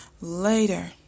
Later